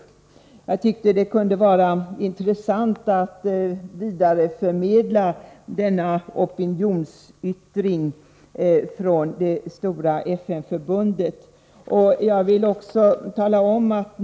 Jag tyckte det kunde vara intressant att vidareförmedla denna opinionsyttring från det stora FN-förbundet till riksdagens ledamöter.